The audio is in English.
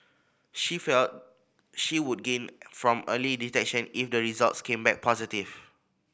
she felt she would gain from early detection if the results came back positive